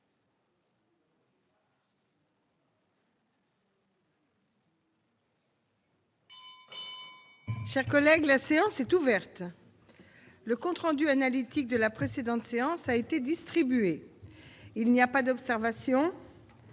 La séance est ouverte. Le compte rendu analytique de la précédente séance a été distribué. Il n'y a pas d'observation ?